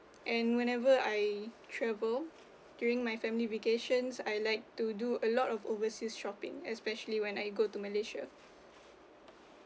and whenever I travel during my family vacations I like to do a lot of overseas shopping especially when I go to malaysia